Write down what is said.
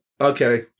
Okay